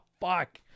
fuck